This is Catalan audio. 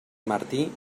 martí